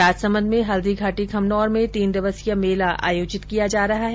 राजसमंद में हल्दीघाटी खमनोर में तीन दिवसीय मेला आयोजित किया जा रहा है